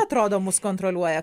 atrodo mus kontroliuoja